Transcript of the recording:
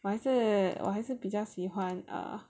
还是我还是比较喜欢 err